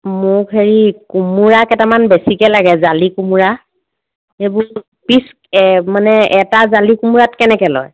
মোক হেৰি কোমোৰা কেইটামান বেছিকৈ লাগে জালি কোমোৰা এইবোৰ পিচ মানে এটা জালি কোমোৰাত কেনেকৈ লয়